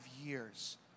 years